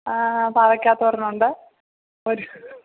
പാവയ്ക്കാത്തോരനുണ്ട് ഒരു